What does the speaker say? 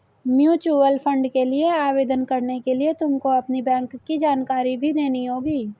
mutual fund के लिए आवेदन करने के लिए तुमको अपनी बैंक की जानकारी भी देनी होगी